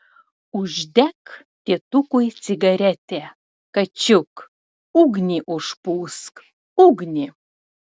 uždek tėtukui cigaretę kačiuk ugnį užpūsk ugnį